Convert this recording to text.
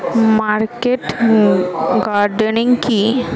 Market gardening কি?